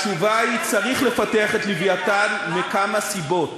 התשובה היא שצריך לפתח את "לווייתן" מכמה סיבות.